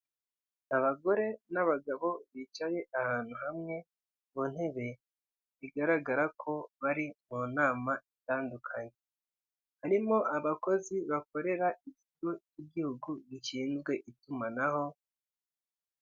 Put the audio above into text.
Abagore n'abagabo bicaye ahantu hamwe ku ntebe bigaragara ko bari mu nama itandukanye harimo abakozi bakorera ikigo igihugu gishinzwe itumanaho.